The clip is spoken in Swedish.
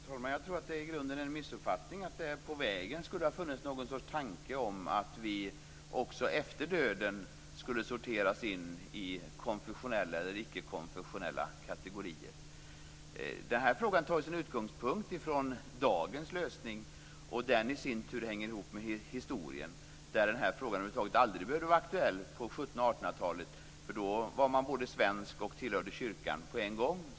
Fru talman! Jag tror att det i grunden är en missuppfattning att det på vägen skulle ha funnits någon sorts tanke om att vi också efter döden skulle sorteras in i konfessionella eller icke-konfessionella kategorier. Denna fråga tar ju sin utgångspunkt i dagens lösning, och den hänger i sin tur ihop med historien då denna fråga över huvud taget aldrig behövde vara aktuell, på 1700 och 1800-talen, eftersom man då både var svensk och tillhörde kyrkan på en gång.